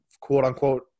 quote-unquote